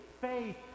faith